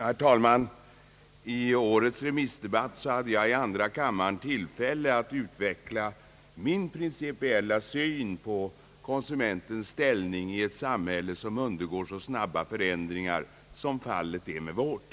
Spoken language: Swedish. Herr talman! I årets remissdebatt hade jag i andra kammaren tillfälle att utveckla min principiella syn på konsumentens ställning i ett samhälle som undergår så snabba förändringar som fallet är med vårt.